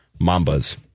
Mambas